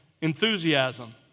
enthusiasm